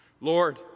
Lord